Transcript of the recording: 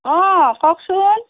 অঁ কওকচোন